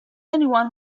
anyone